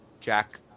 jack